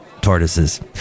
Tortoises